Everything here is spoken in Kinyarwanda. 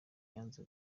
yanze